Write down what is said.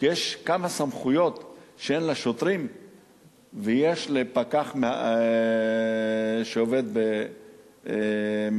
כי יש כמה סמכויות שאין לשוטרים ויש לפקח שעובד עם מהגרים.